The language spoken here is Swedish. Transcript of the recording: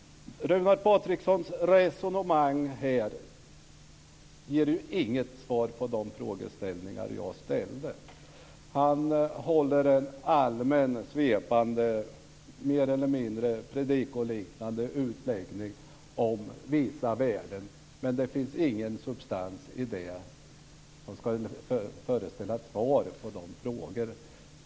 Runar Patrikssons resonemang ger inget svar på de frågor som jag ställt. Han gör en allmän svepande och mer eller mindre predikoliknande utläggning om vissa värden, men det finns ingen substans i den som skulle kunna vara ett svar på mina frågor.